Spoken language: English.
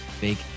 big